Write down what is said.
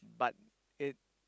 but it